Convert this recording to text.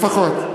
לפחות.